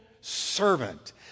servant